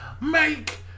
make